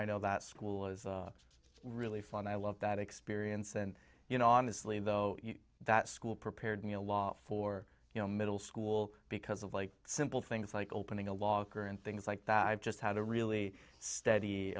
i know that school is really fun i love that experience and you know honestly though that school prepared me a lot for you know middle school because of like simple things like opening a log or and things like that i've just had to really st